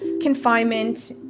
confinement